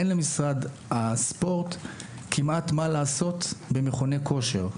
אין למשרד הספורט כמעט מה לעשות במכוני כושר.